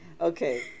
Okay